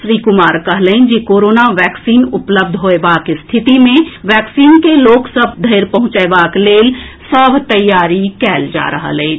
श्री कुमार कहलनि जे corona vaccine उपलब्ध होयबाक स्थिति मे वैक्सीन के लोक सभ धरि पहुंचएबाक लेल सभ तैयारी कयल जा रहल अछि